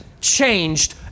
changed